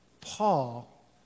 Paul